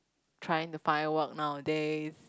trying to find work nowadays